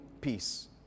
peace